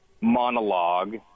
monologue